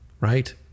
right